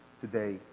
today